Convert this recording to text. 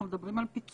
אנחנו מדברים על פיצוח,